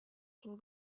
can